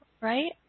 right